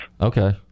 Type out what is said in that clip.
Okay